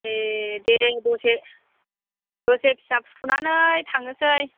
ए दे दसे दसे फिसा फुथुनानै थांनोसै